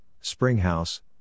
Springhouse